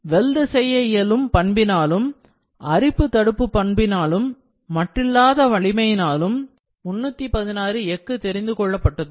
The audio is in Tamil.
வெல்ட் செய்ய இயலும் பண்பினாலும் அரிப்பு தடுப்பு பண்பினாலும் மட்டில்லாத வலிமையினாலும் 316 எக்கு தெரிந்து கொள்ளப்பட்டது